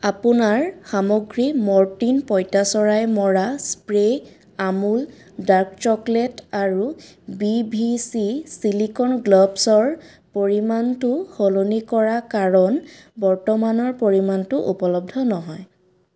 আপোনাৰ সামগ্ৰী মৰটিন পঁইতাচৰাই মৰা স্প্ৰে' আমূল ডাৰ্ক চকলেট আৰু বি ভি চি ছিলিকন গ্ল'ভছৰ পৰিমাণটো সলনি কৰা কাৰণ বৰ্তমানৰ পৰিমাণটো উপলব্ধ নহয়